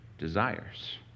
desires